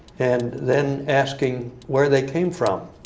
and then asking where they came from.